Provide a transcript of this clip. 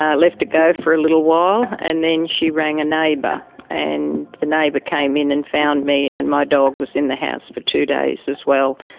ah left it go for a little while, and then she rang a neighbour and the neighbour came in and found me, and my dog was in the house for two days as well